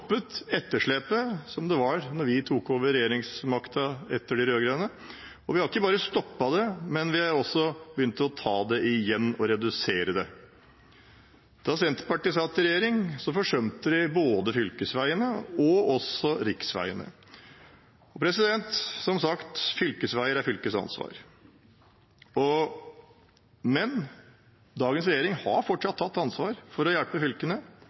etterslepet som var da vi tok over regjeringsmakten etter de rød-grønne. Og vi har ikke bare stoppet det, men vi har også begynt å ta det igjen og redusere det. Da Senterpartiet satt i regjering, forsømte de både fylkesveiene og riksveiene. Som sagt, fylkesveier er fylkets ansvar, men dagens regjering har fortsatt tatt ansvar for å hjelpe fylkene.